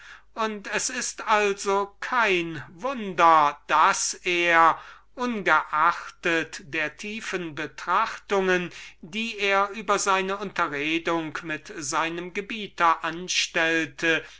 und es ist also kein wunder daß er ungeachtet der tiefen betrachtungen die er über seine unterredung mit dem hippias bei sich selbst anstellte